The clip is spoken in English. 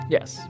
Yes